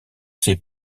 ses